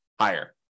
higher